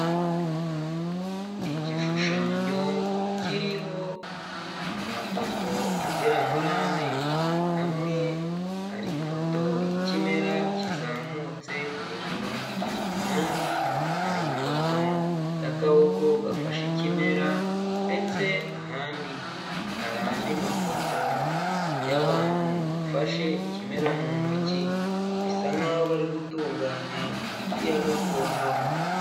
Igishushanyo kiriho amafoto agera muri ane hamwe hari ifoto y'ikimera kizamutse hejuru ahandi hari ifoto y'akaboko gafashe ikimera ndetse ahandi hari andi amafoto y'abantu bafashe ikimera mu ntoki bisa nkaho bari gutunganya imiti ya gakondo.